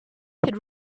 had